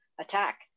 attack